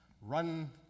Run